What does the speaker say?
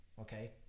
okay